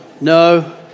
no